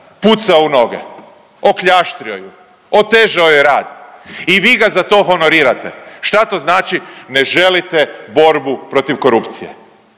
pucao u noge. Okljaštrio ju, otežao joj rad i vi ga za to honorirate. Šta to znači? Ne želite borbu protiv korupcije.